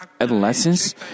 adolescence